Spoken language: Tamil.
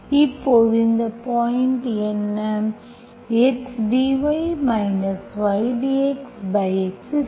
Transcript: இப்போது இந்த பாயிண்ட் என்ன